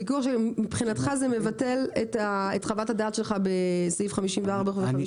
מבחינתך זה מבטל את חוות הדעת שלך בסעיף 54 ו-55?